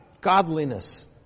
godliness